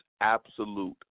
absolute